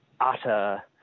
utter